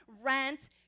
rent